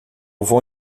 vou